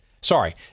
sorry